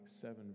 seven